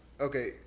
okay